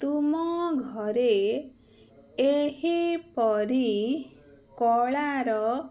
ତୁମ ଘରେ ଏହିପରି କଳାର